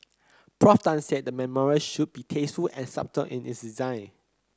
Prof Tan said the memorial should be tasteful and subtle in its design